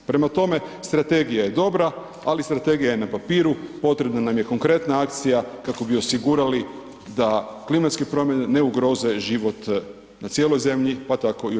Prema tome, strategija je dobra ali strategija na papiru, potrebno nam je konkretna akcija kako bi osigurali da klimatske promjene ne ugroze život na cijeloj Zemlji, pa tako i u RH.